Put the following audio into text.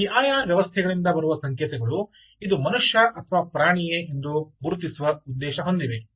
ಈ ಪಿಐಆರ್ ವ್ಯವಸ್ಥೆಗಳಿಂದ ಬರುವ ಸಂಕೇತಗಳು ಇದು ಮನುಷ್ಯ ಅಥವಾ ಪ್ರಾಣಿಯೇ ಎಂದು ಗುರುತಿಸುವ ಉದ್ದೇಶ ಹೊಂದಿವೆ